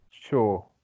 sure